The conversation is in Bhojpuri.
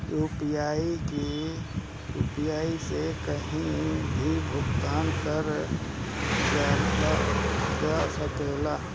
यू.पी.आई से कहीं भी भुगतान कर जा सकेला?